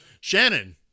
shannon